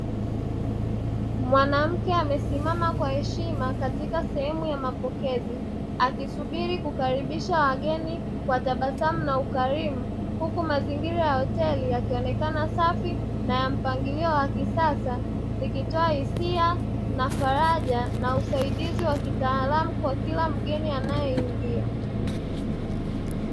Mwanamke amesimama kwa heshima katika sehemu ya mapokezi akisubiri kukaribisha wageni kwa tabasamu na ukarimu, huku mazingira ya hoteli yakionekana safi na mpangilio wa kisasa, zikitoa hisia na faraja na usaidizi wa kitaalamu kwa kila mgeni anayeingia.